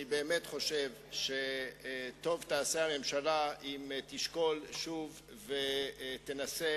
אני באמת חושב שטוב תעשה הממשלה אם תשקול שוב ותנסה